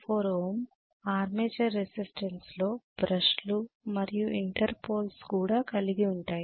04 Ω armature resistance లో బ్రష్లు మరియు ఇంటర్ పోల్స్తో కూడా కలిగి ఉంటాయి